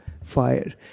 fire